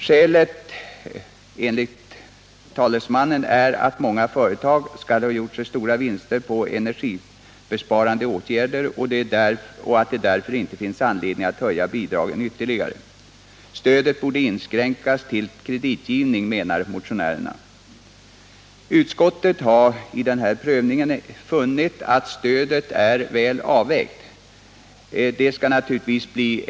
Skälet till avslagsyrkandet är enligt talesmannen att många företag skall ha gjort sig stora vinster på energibesparande åtgärder och att det därför inte finns anledning att höja bidragen ytterligare. Stödet borde inskränkas till kreditgivning, menar motionärerna. Utskottet har emellertid i sin prövning funnit att stödet är väl avvägt.